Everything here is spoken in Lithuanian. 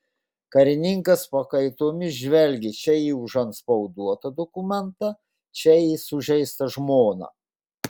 karininkas pakaitomis žvelgė čia į užantspauduotą dokumentą čia į sužeistą žmoną